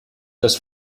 dass